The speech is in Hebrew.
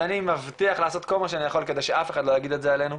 אז אני מבטיח לעשות כל מה שאני יכול כדי שאף אחד לא יגיד את זה עלינו.